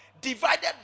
divided